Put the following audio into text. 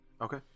Okay